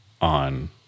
on